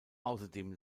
außerdem